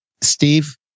Steve